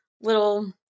little